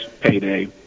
payday